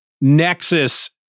Nexus